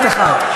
אחד-אחד.